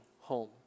home